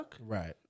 Right